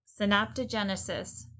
synaptogenesis